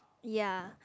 yea